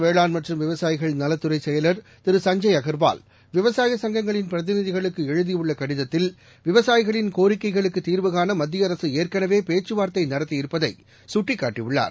வேளாண் மத்திய செயலாளர் திரு சஞ்சய் அகர்வால் விவசாய சங்கங்களின் பிரதிநிதிகளுக்கு எழுதியுள்ள கடிதத்தில் விவசாயிகளின் கோரிக்கைகளுக்கு தீர்வு காண மத்திய அரசு ஏற்கனவே பேச்சுவார்த்தை நடத்தியிருப்பதை சுட்டிக்காட்டியுள்ளார்